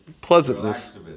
pleasantness